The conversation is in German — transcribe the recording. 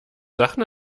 sachen